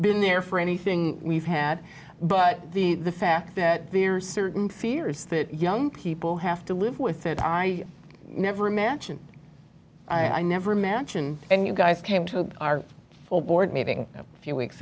been there for anything we've had but the fact that there are certain fears that young people have to live with that i never imagine i never imagine and you guys came to our full board meeting a few weeks